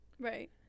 Right